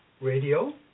radio